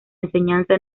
enseñanza